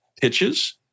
pitches